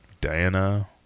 Diana